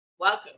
Welcome